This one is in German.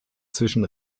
zwischen